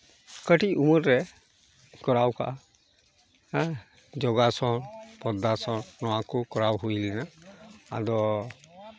ᱠᱟᱹᱴᱤᱡ ᱩᱢᱟᱮᱨ ᱨᱮ ᱠᱚᱨᱟᱣ ᱠᱟᱜᱼᱟ ᱦᱮᱸ ᱡᱳᱜᱟᱥᱚᱱ ᱯᱚᱫᱽᱫᱟᱥᱚᱱ ᱱᱚᱣᱟ ᱠᱚ ᱠᱚᱨᱟᱣ ᱦᱩᱭ ᱞᱮᱱᱟ ᱟᱫᱚ